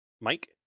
Mike